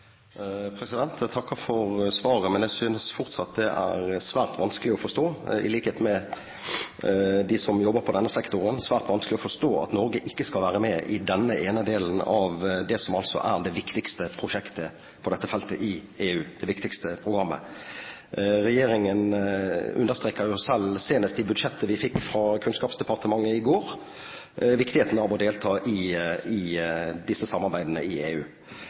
Jeg takker for svaret, men jeg synes fortsatt – i likhet med dem som jobber i denne sektoren – at det er svært vanskelig å forstå at Norge ikke skal være med i denne ene delen av det som altså er det viktigste programmet på dette feltet i EU. Regjeringen understreker jo selv, senest i budsjettet vi fikk fra Kunnskapsdepartementet i går, viktigheten av å delta i disse samarbeidene i EU.